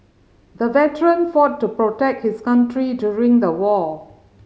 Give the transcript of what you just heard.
the veteran fought to protect his country during the war